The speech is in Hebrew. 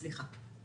סליחה,